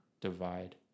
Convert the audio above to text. divide